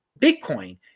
Bitcoin